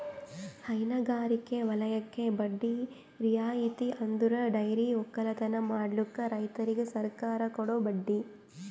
ಹೈನಗಾರಿಕೆ ವಲಯಕ್ಕೆ ಬಡ್ಡಿ ರಿಯಾಯಿತಿ ಅಂದುರ್ ಡೈರಿ ಒಕ್ಕಲತನ ಮಾಡ್ಲುಕ್ ರೈತುರಿಗ್ ಸರ್ಕಾರ ಕೊಡೋ ಬಡ್ಡಿ